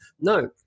no